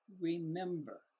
Remember